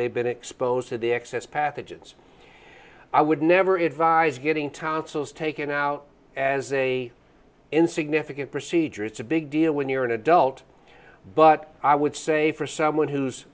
they've been exposed to the excess pathogens i would never advise getting tonsils taken out as a in significant procedure it's a big deal when you're an adult but i would say for someone who's